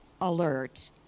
alert